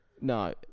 No